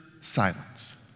silence